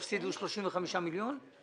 תפסידו 35 מיליון שקלים.